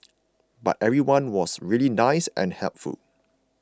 but everyone was really nice and helpful